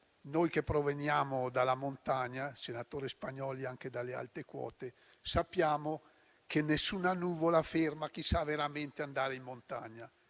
noi che proveniamo dalla montagna - il senatore Spagnolli anche dalle alte quote - sappiamo che nessuna nuvola ferma chi sa veramente andare in montagna.